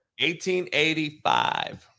1885